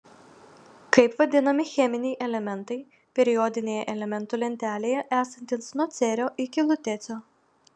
kaip vadinami cheminiai elementai periodinėje elementų lentelėje esantys nuo cerio iki lutecio